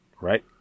Right